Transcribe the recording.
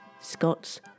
Scots